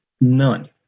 none